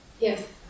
Yes